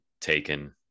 taken